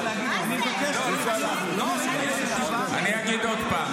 אני אגיד עוד פעם